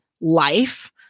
life